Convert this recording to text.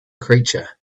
creature